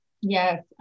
Yes